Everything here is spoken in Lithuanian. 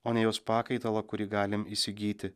o ne jos pakaitalą kurį galim įsigyti